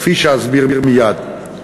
כפי שאסביר מייד.